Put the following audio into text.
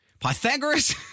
Pythagoras